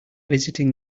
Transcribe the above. visiting